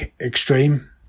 extreme